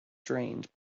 drained